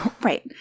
Right